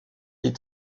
est